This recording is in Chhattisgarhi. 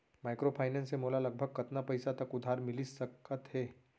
माइक्रोफाइनेंस से मोला लगभग कतना पइसा तक उधार मिलिस सकत हे?